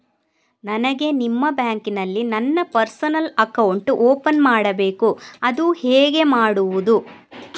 ನನಗೆ ನಿಮ್ಮ ಬ್ಯಾಂಕಿನಲ್ಲಿ ನನ್ನ ಪರ್ಸನಲ್ ಅಕೌಂಟ್ ಓಪನ್ ಮಾಡಬೇಕು ಅದು ಹೇಗೆ ಮಾಡುವುದು?